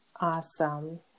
Awesome